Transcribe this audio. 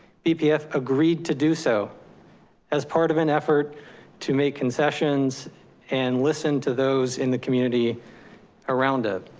bpf agreed to do so as part of an effort to make concessions and listen to those in the community around it.